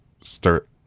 stir